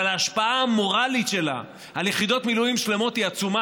אבל ההשפעה המורלית שלה על יחידות מילואים שלמות היא עצומה,